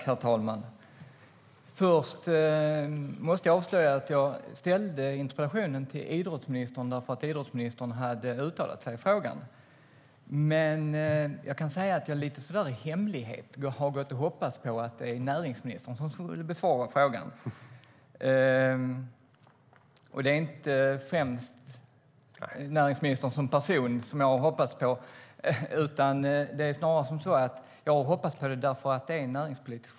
Herr talman! Först måste jag avslöja att jag ställde interpellationen till idrottsministern för att idrottsministern hade uttalat sig i frågan men att jag i hemlighet hoppades på att näringsministern skulle besvara frågan. Det handlade inte främst om näringsministern som person utan om att det är en näringspolitisk fråga.